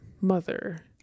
mother